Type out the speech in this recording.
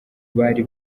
bari